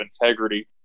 integrity